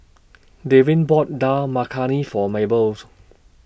Dwaine bought Dal Makhani For Maybelles